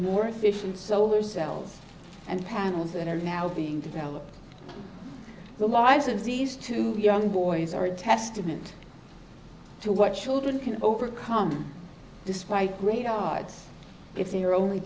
more efficient solar cells and panels that are now being developed the lives of these two young boys are a testament to what children can overcome despite great odds if they are only